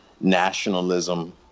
nationalism